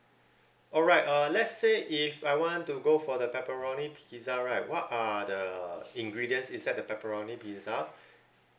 alright uh let's say if I want to go for the pepperoni pizza right what are the ingredients inside the pepperoni pizza